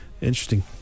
interesting